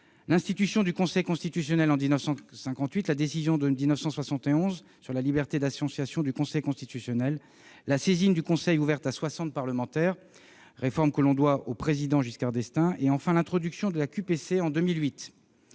L'institution du Conseil constitutionnel en 1958, sa décision de 1971 sur la liberté d'association, sa saisine ouverte à soixante parlementaires- réforme que l'on doit au Président Giscard d'Estaing -et, enfin, l'introduction de la QPC en 2008